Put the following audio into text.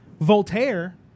Voltaire